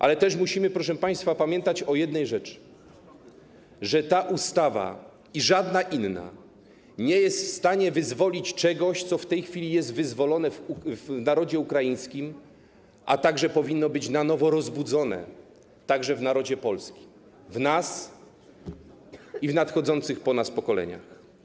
Ale też musimy, proszę państwa, pamiętać o jednej rzeczy, że ani ta ustawa, ani żadna inna nie jest w stanie wyzwolić czegoś, co w tej chwili jest wyzwolone w narodzie ukraińskim, a także powinno być na nowo rozbudzone także w narodzie polskim, w nas i w nadchodzących po nas pokoleniach.